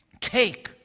take